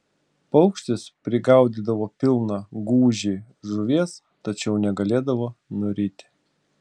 paukštis prigaudydavo pilną gūžį žuvies tačiau negalėdavo nuryti